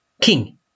King